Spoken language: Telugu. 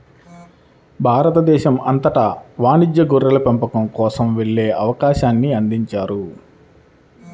భారతదేశం అంతటా వాణిజ్య గొర్రెల పెంపకం కోసం వెళ్ళే అవకాశాన్ని అందించారు